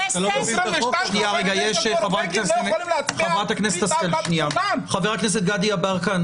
22 חברי כנסת נורבגים לא יכולים להצביע- -- חבר הכנסת גדי יברקן,